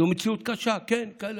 זו מציאות קשה, כן, כן.